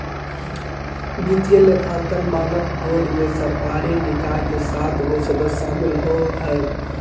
वित्तीय लेखांकन मानक बोर्ड मे सरकारी निकाय के सात गो सदस्य शामिल रहो हय